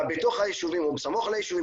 בתוך היישובים או בסמוך ליישובים,